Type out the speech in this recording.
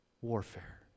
warfare